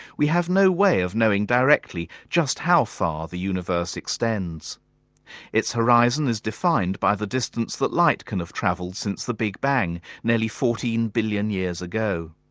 we have no way of knowing directly just how far the universe extends its horizon is defined by the distance that light can have travelled since the big bang nearly fourteen billion years ago.